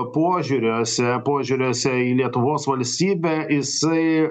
požiūriuose požiūriuose į lietuvos valstybę jisai